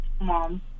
mom